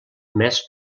més